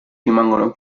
rimangono